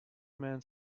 man